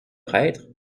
prêtre